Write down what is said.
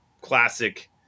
classic